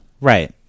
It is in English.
Right